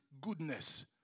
goodness